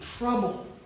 Trouble